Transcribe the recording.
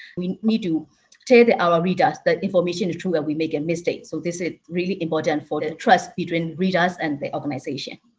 we need to tell our readers that information is true, that we make a mistake. so this is really important for the trust between readers and the organization.